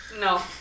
No